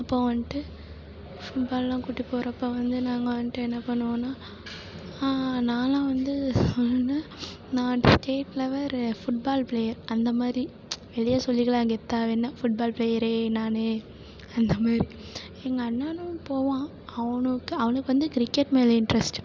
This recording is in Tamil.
அப்போது வந்துட்டு ஃபுட்பால்லாம் கூட்டிப் போகிறப்ப வந்து நாங்கள் வந்துட்டு என்ன பண்ணுவோனால் நான்லாம் வந்து சொல்லலைல்ல நான் வந்துட்டு ஸ்டேட் லெவலு ஃபுட்பால் ப்ளேயர் அந்த மாதிரி வெளியே சொல்லிக்கலாம் கெத்தாக வேணால் ஃபுட்பால் ப்ளேயர் நான் அந்தமாதிரி எங்கள் அண்ணனும் போவான் அவனுக்கு அவனுக்கு வந்து கிரிக்கெட் மேலே இன்ட்ரெஸ்ட்